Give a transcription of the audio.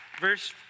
Verse